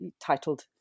titled